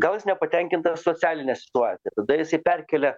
gal jis nepatenkintas socialine situacija tada jisai perkelia